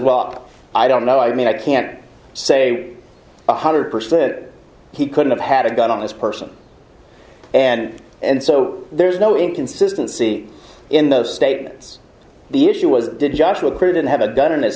welp i don't know i mean i can't say one hundred percent he could have had a gun on his person and and so there's no inconsistency in those statements the issue was did joshua cruden have a gun in his